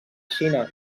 xina